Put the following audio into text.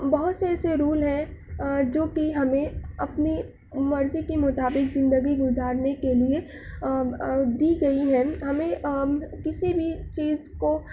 بہت سے ایسے رول ہیں جو کہ ہمیں اپنی مرضی کے مطابق زندگی گزارنے کے لئے دی گئی ہیں ہمیں کسی بھی چیز کو